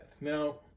Now